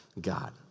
God